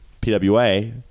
PWA